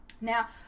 Now